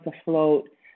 afloat